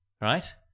right